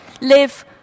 live